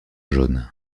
jaune